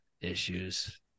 issues